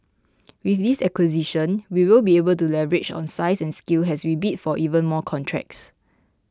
with this acquisition we will be able to leverage on size and scale as we bid for even more contracts